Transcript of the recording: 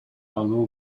алуу